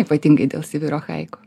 ypatingai dėl sibiro haiku